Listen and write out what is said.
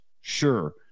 Sure